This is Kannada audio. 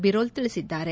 ಬಿರೋಲ್ ತಿಳಿಸಿದ್ದಾರೆ